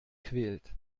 quält